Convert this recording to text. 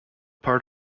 part